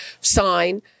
sign